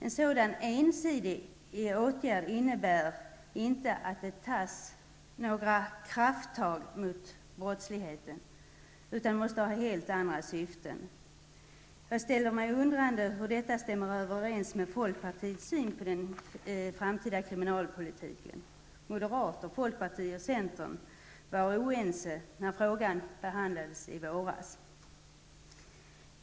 En sådan ensidig åtgärd innebär inte att det tas några ''krafttag mot brottsligheten'' utan måste ha helt andra syften. Jag undrar hur detta kan stämma överens med folkpartiets syn på den framtida kriminalpolitiken. Moderaterna, folkpartiet och centern var oense när frågan i våras behandlades.